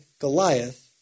Goliath